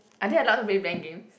are they allowed to make blank games